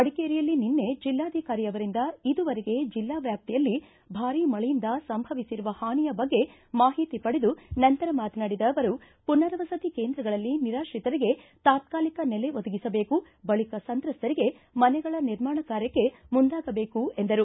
ಮಡಿಕೇರಿಯಲ್ಲಿ ನಿನ್ನೆ ಜಿಲ್ಲಾಧಿಕಾರಿ ಅವರಿಂದ ಇದುವರೆಗೆ ಜಿಲ್ಲಾ ವ್ಯಾಪ್ತಿಯಲ್ಲಿ ಭಾರೀ ಮಳೆಯಿಂದ ಸಂಭವಿಸಿರುವ ಹಾನಿಯ ಬಗ್ಗೆ ಮಾಹಿತಿ ಪಡೆದು ನಂತರ ಮಾತನಾಡಿದ ಅವರು ಪುನರ್ವಸತಿ ಕೇಂದ್ರಗಳಲ್ಲಿ ನಿರಾತ್ರಿತರಿಗೆ ತಾತ್ಕಾಲಿಕ ನೆಲೆ ಒದಗಿಸಬೇಕು ಬಳಿಕ ಸಂತ್ರಸ್ತರಿಗೆ ಮನೆಗಳ ನಿರ್ಮಾಣ ಕಾರ್ಯಕ್ಕೆ ಮುಂದಾಗಬೇಕು ಎಂದರು